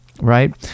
right